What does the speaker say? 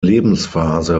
lebensphase